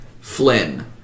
Flynn